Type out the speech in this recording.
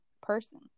person